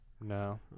No